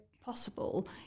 possible